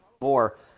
more